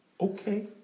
Okay